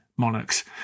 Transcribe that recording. monarchs